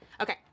Okay